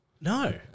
No